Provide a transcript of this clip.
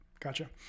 Gotcha